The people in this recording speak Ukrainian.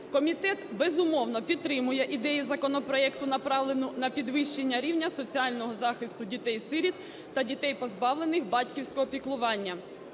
Комітет, безумовно, підтримує ідею законопроекту, направлену на підвищення рівня соціального захисту дітей-сиріт та дітей, позбавлених батьківського піклування.